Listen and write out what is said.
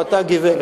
או את אותה גברת.